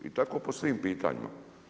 I tako po svim pitanjima.